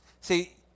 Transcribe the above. See